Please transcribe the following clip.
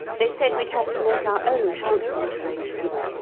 they said we'd have to make our own transport arrangements,